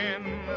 again